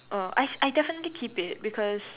err I I definitely keep it because